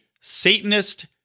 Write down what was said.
Satanist